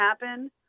happen